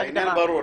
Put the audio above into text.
העניין ברור.